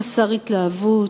חסר התלהבות,